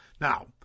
now